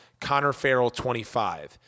ConnorFarrell25